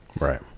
Right